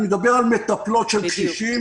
אני מדבר על מטפלות של קשישים,